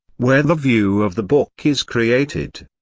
where the view of the book is created.